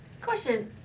Question